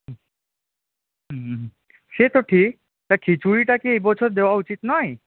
হুম হুম সে তো ঠিক তা খিচুড়িটা কি এবছর দেওয়া উচিৎ নয়